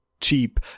cheap